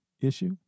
issue